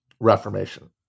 Reformation